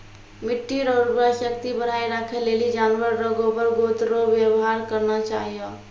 मिट्टी रो उर्वरा शक्ति बढ़ाएं राखै लेली जानवर रो गोबर गोत रो वेवहार करना चाहियो